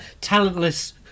Talentless